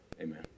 Amen